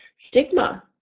stigma